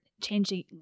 changing